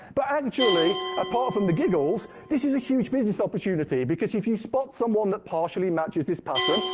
but actually, apart from the giggles, this is a huge business opportunity. because if you spot someone that partially matches this pattern,